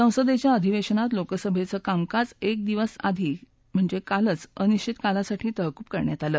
संसदेच्या अधिवेशनात लोकसभेचं कामकाज एक दिवसआधी कालच अनिश्वित कालासाठी तहकूब करण्यात आलं